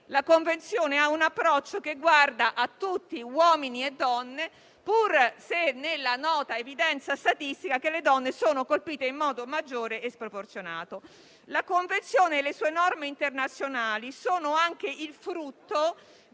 la Convenzione ha un approccio che guarda a tutti, uomini e donne, anche se nella nota evidenza statistica che le donne sono colpite in modo maggiore e sproporzionato. La Convenzione e le sue norme internazionali sono anche il frutto